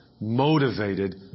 motivated